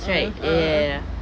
(uh huh) a'ah ah